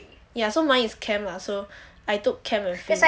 ya so mine is chem lah so I took chem and physics